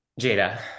jada